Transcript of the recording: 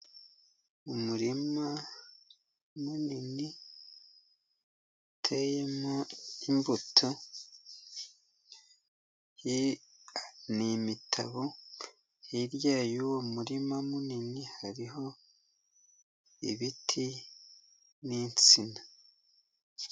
Umurima munini uteyemo imbuto, ni imitabo, hirya y'uwo murima munini hariho ibiti nsina.